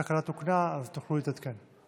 התקלה תוקנה, אז תוכלו להתעדכן.